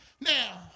Now